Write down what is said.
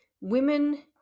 women